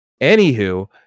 anywho